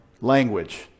language